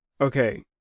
Okay